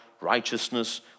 righteousness